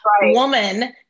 woman